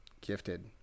gifted